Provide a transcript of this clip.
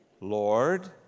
Lord